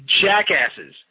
jackasses